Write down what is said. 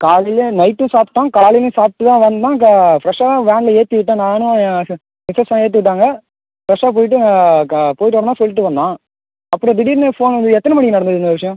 காலையிலேயும் நைட்டும் சாப்பிட்டான் காலையிலேயும் சாப்பிட்டு தான் வந்தான் க ஃப்ரெஷ்ஷாக தான் வேன்ல ஏத்திவிட்டேன் நானும் என் மிஸ்ஸஸும் தான் ஏத்திவிட்டோங்க ஃப்ரெஷ்ஷாக போய்ட்டு க போய்ட்டு வரேன் தான் சொல்லிட்டு வந்தான் அப்புறம் திடீர்னு ஃபோன் வந்தது எத்தனை மணிக்கு நடந்தது இந்த விஷயம்